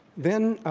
then